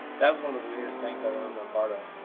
that was one of the weirdest things i've ever been a part of.